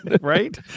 right